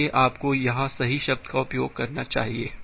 इसलिए आपको यहां सही शब्द का उपयोग करना चाहिए